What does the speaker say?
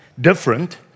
different